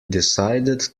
decided